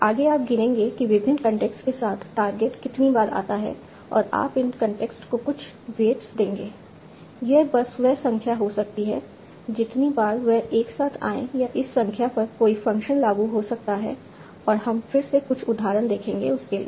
आगे आप गिनेंगे कि विभिन्न कॉन्टेक्स्ट के साथ टारगेट कितनी बार आता है और आप इन कॉन्टेक्स्ट को कुछ वेट्स देंगे यह बस वह संख्या हो सकती है जितनी बार वह एक साथ आए या इस संख्या पर कोई फ़ंक्शन लागू हो सकता है और हम फिर से कुछ उदाहरण देखेंगे उसके लिए